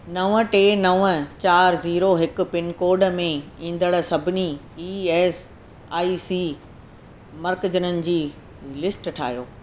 नव टे नव चारि ज़ीरो हिकु पिनकोड में ईंदड़ सभिनी ई एस आई सी मर्कज़नि जी लिस्ट ठाहियो